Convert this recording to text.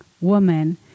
woman